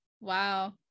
Wow